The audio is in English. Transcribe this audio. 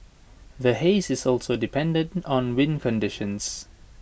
the haze is also dependent on wind conditions